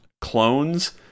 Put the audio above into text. clones